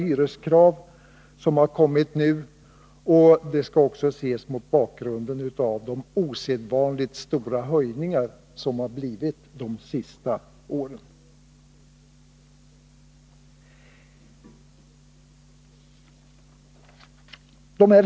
Dessa skall också ses mot bakgrund av de osedvanligt stora höjningarna de senaste åren.